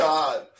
God